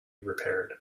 repaired